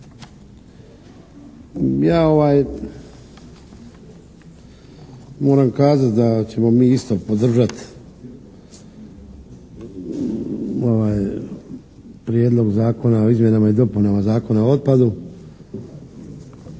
Ja moram kazati da ćemo mi isto podržati ovaj Prijedlog zakona o izmjenama i dopunama Zakona o otpadu.